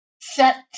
set